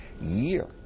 year